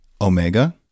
Omega